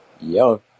Yo